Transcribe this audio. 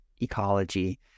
ecology